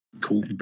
Cool